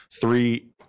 three